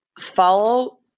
follow